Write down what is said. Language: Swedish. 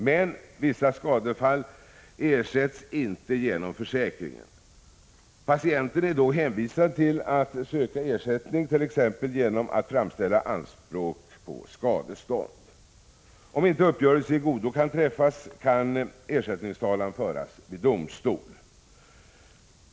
Men vissa skadefall ersätts inte genom försäkringen. Patienten är då hänvisad till att söka ersättning t.ex. genom att framställa anspråk på skadestånd. Om inte uppgörelse i godo kan träffas kan ersättningstalan föras vid domstol.